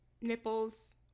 nipples